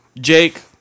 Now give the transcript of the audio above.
Jake